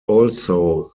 also